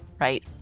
right